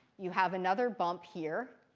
you have another bump here.